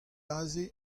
aze